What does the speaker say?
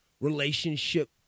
relationship